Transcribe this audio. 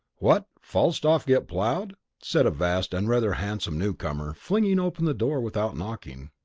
what, falstaff get ploughed? said a vast and rather handsome newcomer, flinging open the door without knocking.